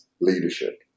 leadership